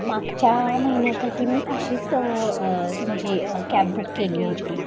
मागच्या महिन्यातही मी अशीच तुमची कॅब बुक केली होती